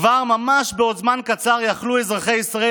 כבר ממש בעוד זמן קצר יכלו אזרחי ישראל